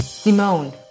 Simone